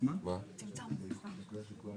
הסתייגויות על זה,